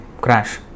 crash